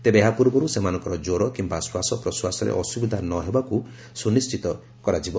ତେବେ ଏହା ପୂର୍ବରୁ ସେମାନଙ୍କର ଜ୍ୱର କିମ୍ବା ଶ୍ୱାସପ୍ରଶ୍ୱାସରେ ଅସୁବିଧା ନହେଉଥିବାକୁ ସୁନିଶ୍ଚିତ କରାଯିବ